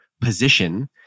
position